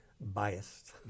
biased